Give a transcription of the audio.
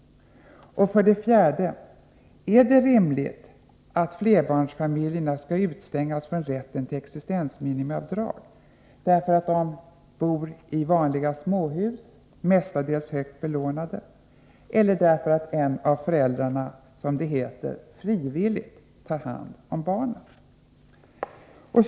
4. Är det rimligt att flerbarnsfamiljerna skall utestängas från rätten till existensminimiavdrag därför att de bor i vanliga småhus, mestadels högt belånade, eller därför att en av föräldrarna, som det heter, frivilligt tar hand om barnen?